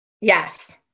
yes